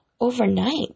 overnight